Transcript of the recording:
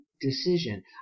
decision